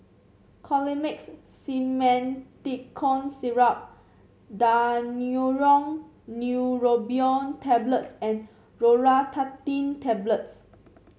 Colimix Simethicone Syrup Daneuron Neurobion Tablets and Loratadine Tablets